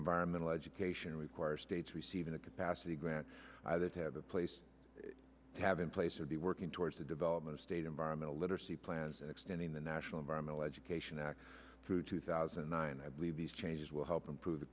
environmental education requires states receiving a capacity grant either to have a place to have in place or be working towards the development of state environmental literacy plans and extending the national environmental education act through two thousand and nine i believe these changes will help improve the